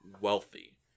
wealthy